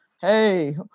hey